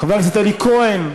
חבר הכנסת אלי כהן,